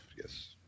yes